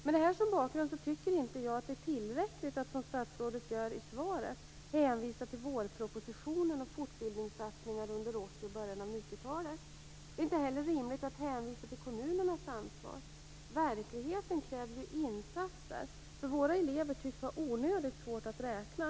Med det här som bakgrund tycker jag inte att det är tillräckligt att, som statsrådet gör i svaret, hänvisa till vårpropositionen och fortbildningssatsningar under 80-talet och början av 90-talet. Det är inte heller rimligt att hänvisa till kommunernas ansvar. Verkligheten kräver ju insatser, för våra elever tycks ha onödigt svårt att räkna.